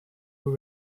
who